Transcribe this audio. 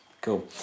Cool